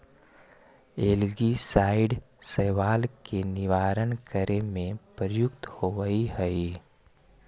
algicide शैवाल के निवारण करे में प्रयुक्त होवऽ हई